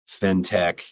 fintech